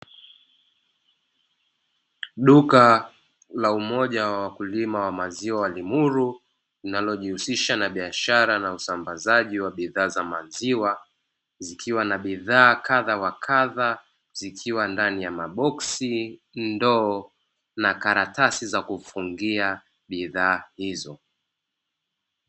Duka la umoja wa wakulima wa maziwa "LIMURU" linalojihusisha na biashara na usambazaji wa bidhaa za maziwa, zikiwa na bidhaa kadha wa kadha; zikiwa ndani ya maboksi, ndoo na karatasi za kufungia bidhaa hizo.